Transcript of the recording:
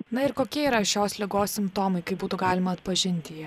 na ir kokie yra šios ligos simptomai kaip būtų galima atpažinti ją